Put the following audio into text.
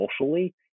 socially